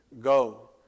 Go